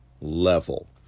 level